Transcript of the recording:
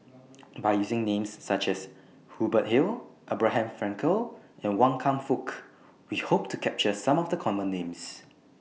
By using Names such as Hubert Hill Abraham Frankel and Wan Kam Fook We Hope to capture Some of The Common Names